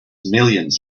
millions